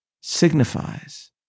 signifies